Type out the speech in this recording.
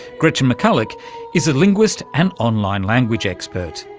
gretchen mcculloch is a linguist and online language expert.